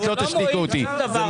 את לא תשתיקי אותי.